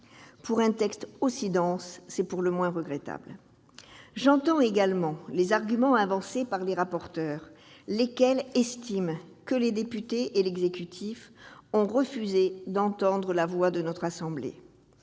Pour un texte aussi dense, c'est pour le moins regrettable. J'entends également les arguments avancés par les rapporteurs, lesquels estiment que les députés et l'exécutif ont refusé d'entendre la voix de notre assemblée.